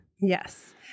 Yes